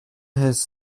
his